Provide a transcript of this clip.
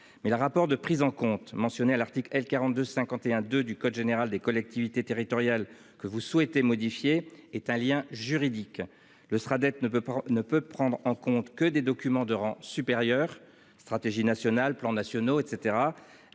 Mais le rapport de prise en compte, mentionné à l'article L. 4251-2 du code général des collectivités territoriales, que vous souhaitez modifier, est un lien juridique. Le Sraddet peut prendre en compte des documents de rang supérieur- stratégies nationales, plans nationaux, etc.